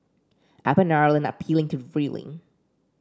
Apple and Ireland are appealing to ruling